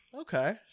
Okay